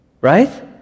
Right